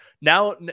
Now